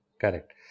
Correct